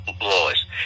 laws